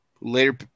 later